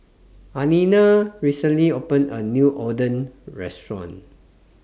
Alina recently opened A New Oden Restaurant